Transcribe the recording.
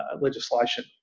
legislation